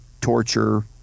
torture